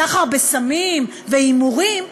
סחר בסמים והימורים,